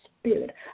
Spirit